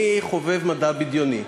אני חובב מדע בדיוני,